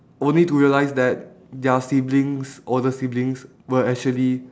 only to realise that their siblings older siblings were actually